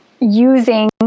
using